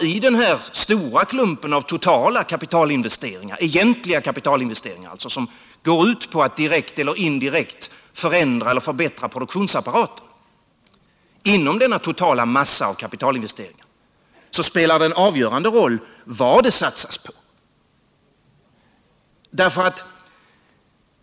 Inom den totala massan av egentliga kapitalinvesteringar —- investeringar för att förändra eller förbättra produktionsapparaten — spelar det en avgörande roll vad det satsas på.